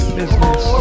business